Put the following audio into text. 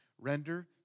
render